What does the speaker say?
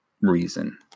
reason